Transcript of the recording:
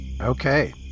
Okay